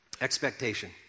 Expectation